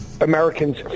americans